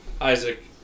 Isaac